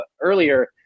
earlier